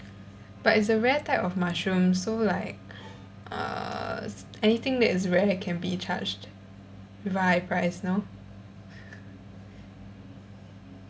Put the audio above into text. but it's a rare type of mushroom so like uh anything that is rare can be charged very high price no